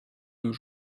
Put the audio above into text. nos